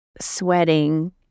sweating